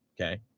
okay